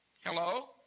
Hello